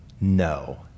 no